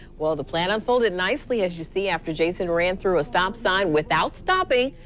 well, the plan unfolded nicely, as you see, after jason ran through a stop sign without stopping.